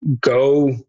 go